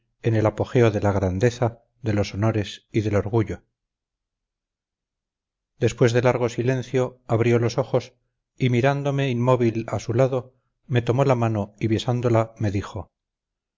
en el apogeo de la grandeza de los honores y del orgullo después de largo silencio abrió los ojos y mirándome inmóvil a su lado me tomó la mano y besándola me dijo